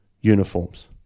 uniforms